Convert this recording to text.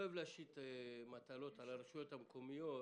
אוהב להשית מטלות על הרשויות המקומיות